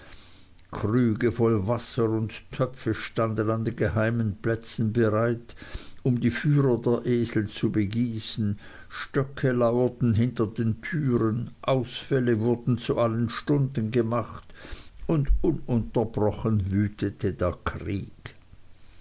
krüge voll wasser und töpfe standen an geheimen plätzen bereit um die führer der esel zu begießen stöcke lauerten hinter den türen ausfälle wurden zu allen stunden gemacht und ununterbrochen wütete der krieg